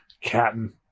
captain